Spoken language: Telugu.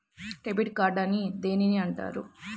డెబిట్ కార్డు అని దేనిని అంటారు?